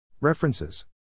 References